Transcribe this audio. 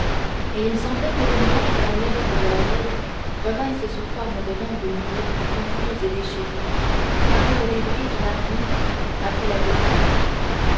et il semblait que les nuages allègres de la veille revinssent sous forme de longues nuées confuses et déchirées pareilles aux débris d'une armée après la défaite